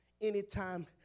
anytime